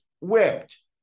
whipped